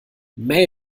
may